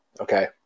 Okay